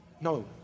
No